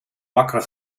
wakker